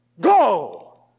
go